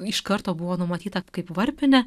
iš karto buvo numatyta kaip varpinė